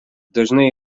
dažnai